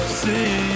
see